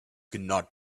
cannot